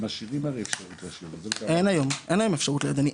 אתם משאירים הרי אפשרות --- אין היום אפשרות לידני.